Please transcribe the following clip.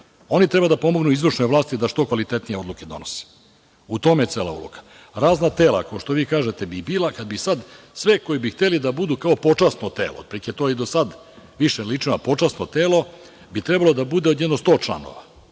Oni treba da pomognu izvršnoj vlasti da što kvalitetnije odluke donose. U tome je cela uloga. Razna tela, kao što vi kažete, bi bila kad bi sad sve koji bi hteli da budu kao počasno telo, otprilike je to i do sad više ličilo na počasno telo, bi trebalo da bude od jedno 100 članova.